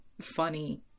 funny